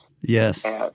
Yes